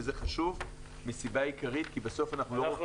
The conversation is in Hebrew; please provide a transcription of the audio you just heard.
וזה חשוב מסיבה עיקרית כי בסוף אנחנו --- אנחנו